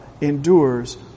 endures